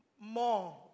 more